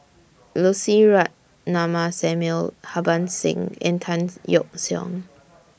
Lucy Ratnammah Samuel Harbans Singh and Tan Yeok Seong